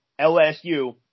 LSU